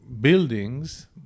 buildings